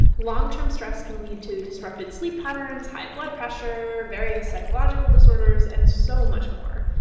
long-term stress can lead to disrupted sleep patterns, high blood pressure, various psychological disorders, and so much more.